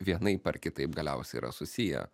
vienaip ar kitaip galiausiai yra susiję